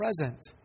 present